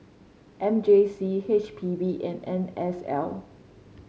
M J C H P B and N S L